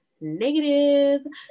negative